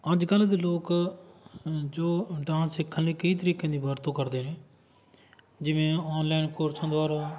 ਅੱਜ ਕੱਲ੍ਹ ਦੇ ਲੋਕ ਜੋ ਡਾਂਸ ਸਿੱਖਣ ਲਈ ਕਈ ਤਰੀਕਿਆਂ ਦੀ ਵਰਤੋਂ ਕਰਦੇ ਨੇ ਜਿਵੇਂ ਓਨਲਾਈਨ ਕੋਰਸਾਂ ਦੁਆਰਾ